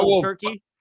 turkey